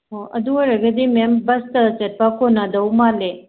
ꯑꯣ ꯑꯗꯨ ꯑꯣꯏꯔꯒꯗꯤ ꯃꯦꯝ ꯕꯁꯇ ꯆꯠꯄ ꯀꯣꯟꯅꯗꯧ ꯃꯥꯜꯂꯦ